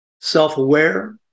self-aware